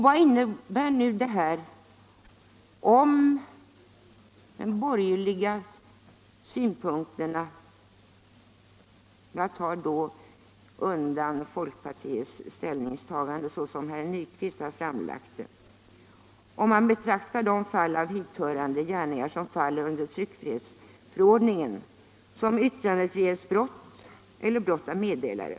Vad innebär det om man utgår från de borgerliga synpunkterna — jag undantar då folkpartiets ställningstagande såsom herr Nyquist framlagt det — och betraktar de hithörande gärningar som faller under tryckfrihetsordningen som yttrandefrihetsbrott eller brott av meddelare?